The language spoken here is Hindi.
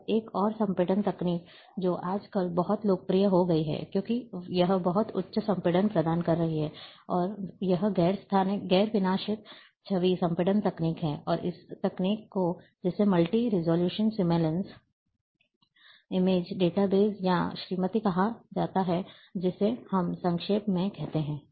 अब एक और संपीड़न तकनीक जो आजकल बहुत लोकप्रिय हो गई है क्योंकि यह बहुत उच्च संपीड़न प्रदान करती है और यह गैर विनाशित छवि संपीड़न तकनीक है और उस तकनीक को जिसे multi resolution seamless image data base या श्रीमती कहा जाता है जिसे हम संक्षेप में कहते हैं